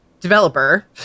developer